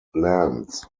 lands